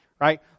right